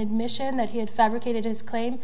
admission that he had fabricated his claim